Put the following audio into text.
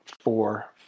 four